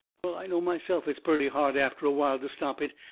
well, i know myself it's purty hard after while to stop it,